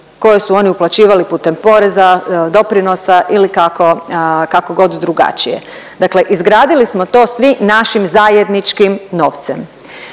koje su oni uplaćivali putem poreza, doprinosa ili kako god drugačije. Dakle, izgradili smo to svi našim zajedničkim novcem.